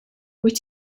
wyt